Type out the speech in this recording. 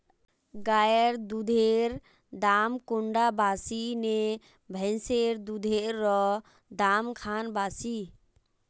गायेर दुधेर दाम कुंडा बासी ने भैंसेर दुधेर र दाम खान बासी?